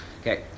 Okay